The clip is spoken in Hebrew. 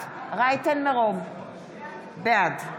בעד